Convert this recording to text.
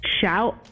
shout